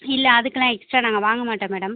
இல்லை அதுக்கெலாம் எக்ஸ்ட்ரா நாங்கள் வாங்க மாட்டோம் மேடம்